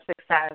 success